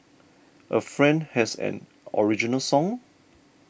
a friend has an original song